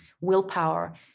willpower